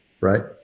right